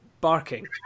Barking